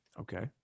Okay